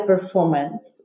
performance